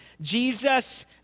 Jesus